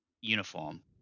uniform